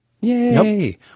Yay